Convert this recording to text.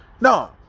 no